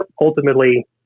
ultimately